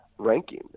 ranking